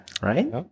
right